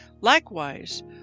Likewise